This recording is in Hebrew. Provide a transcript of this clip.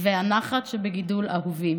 ועל הנחת שבגידול אהובים.